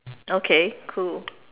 okay cool